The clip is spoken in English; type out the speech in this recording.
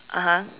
(uh huh)